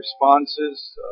responses